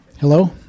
Hello